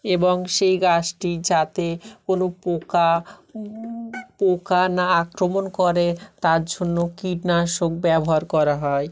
এবং সেই গাছটি যাতে কোনো পোকা পোকা না আক্রমণ করে তার জন্য কীটনাশক ব্যবহার করা হয়